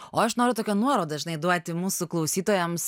o aš noriu tokią nuorodą žinai duoti mūsų klausytojams